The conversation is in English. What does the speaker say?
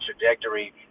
trajectory